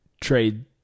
trade